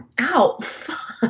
Ow